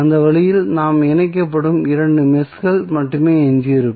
அந்த வழியில் நாம் இணைக்கப்படும் இரண்டு மெஷ்கள் மட்டுமே எஞ்சியிருக்கும்